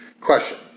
Question